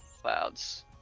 clouds